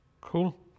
Cool